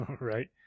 Right